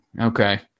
Okay